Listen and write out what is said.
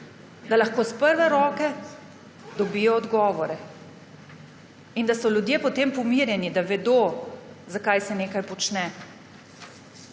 da lahko iz prve roke dobijo odgovore in da so ljudje potem pomirjeni, da vedo, zakaj se nekaj počne.